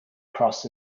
cross